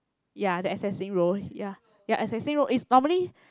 ya the assessing role ya ya assessing role is normally